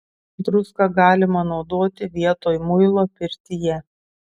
druską galima naudoti vietoj muilo pirtyje